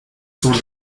sur